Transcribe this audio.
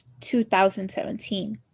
2017